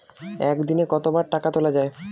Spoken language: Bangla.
একদিনে কতবার টাকা তোলা য়ায়?